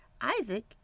Isaac